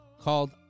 called